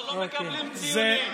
אנחנו לא מקבלים ציונים.